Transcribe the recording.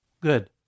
Good